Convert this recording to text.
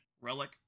relic